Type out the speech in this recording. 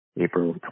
April